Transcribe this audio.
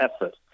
effort